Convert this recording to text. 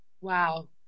Wow